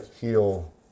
heal